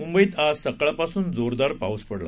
मुंबईत आज सकाळपासून जोरदार पाऊस पडला